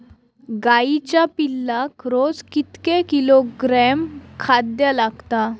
गाईच्या पिल्लाक रोज कितके किलोग्रॅम खाद्य लागता?